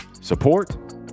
support